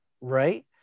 right